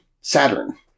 Saturn